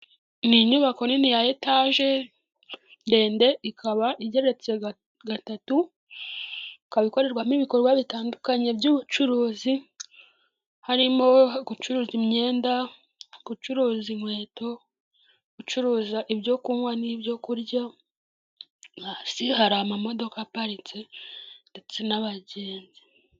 Ni inyubako nini ya etage ndende ikaba igeretse gatatu ikaba ikorerwamo ibikorwa bitandukanye by'ubucuruzi harimo gucuruza imyenda, gucuruza inkweto, gucuruza ibyo kunywa n'ibyo kurya. Hasi hari amamodoka aparitse ndetse n'abagenzi.